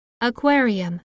Aquarium